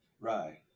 right